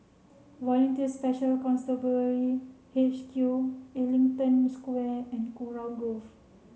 Volunteer Special Constabulary H Q Ellington Square and Kurau Grove